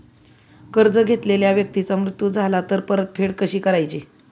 कर्ज घेतलेल्या व्यक्तीचा मृत्यू झाला तर परतफेड कशी करायची?